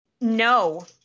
No